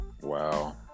Wow